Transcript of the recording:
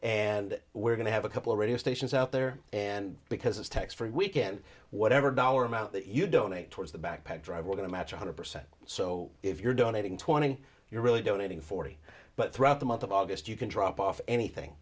and we're going to have a couple of radio stations out there and because it's tax free weekend whatever dollar amount that you donate towards the backpack drive we're going to match one hundred percent so if you're donating twenty you're really donating forty but throughout the month of august you can drop off anything